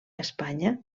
espanya